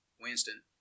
Winston